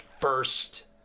first